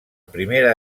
primera